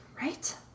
Right